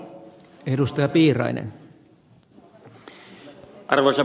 arvoisa puhemies